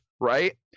right